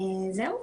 זהו,